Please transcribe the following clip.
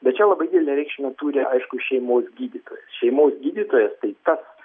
bet čia labai didelę reikšmę turi aišku šeimos gydytojas šeimos gydytojas tai tas